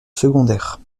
secondaire